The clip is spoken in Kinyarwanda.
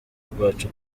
rwacu